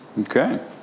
Okay